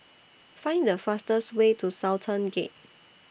Find The fastest Way to Sultan Gate